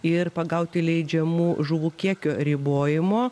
ir pagauti leidžiamų žuvų kiekio ribojimo